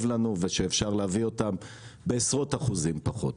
לנו ושאפשר להביא אותם בעשרות אחוזים פחות.